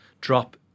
drop